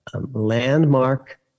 landmark